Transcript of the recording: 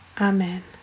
Amen